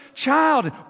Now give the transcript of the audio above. child